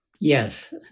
Yes